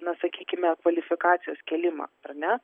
na sakykime kvalifikacijos kėlimą ar ne